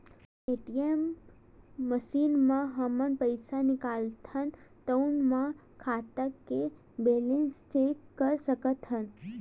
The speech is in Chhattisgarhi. जउन ए.टी.एम मसीन म हमन पइसा निकालथन तउनो म खाता के बेलेंस चेक कर सकत हन